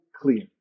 clear